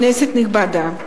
כנסת נכבדה,